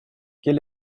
quel